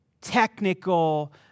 technical